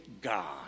God